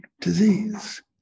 disease